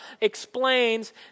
explains